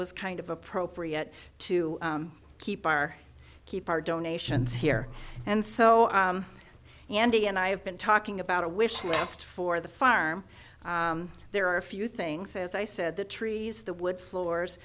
was kind of appropriate to keep our keep our donations here and so andy and i have been talking about a wish list for the farm there are a few things as i said the trees the wood floors